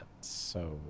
So-